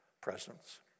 Presence